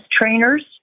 trainers